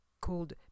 called